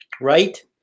Right